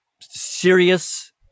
serious